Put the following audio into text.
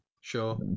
Sure